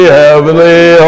heavenly